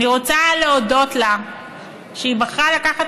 אני רוצה להודות לה על שהיא בחרה לקחת